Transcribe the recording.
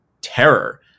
terror